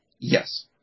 Yes